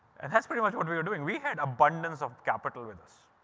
and that's pretty much what we were doing. we had abundance of capital with us.